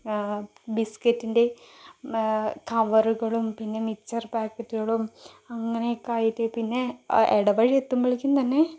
ബിസ്കറ്റിൻ്റെ കവറുകളും പിന്നെ മിച്ചർ പായ്ക്കറ്റുകളും അങ്ങനെയൊക്കെ ആയിട്ട് പിന്നെ ഇടവഴി എത്തുമ്പോഴേയ്ക്കും തന്നെ